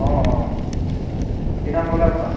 অঁ অঁ কি নাম ক'লে আপোনাৰ